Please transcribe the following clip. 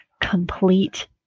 complete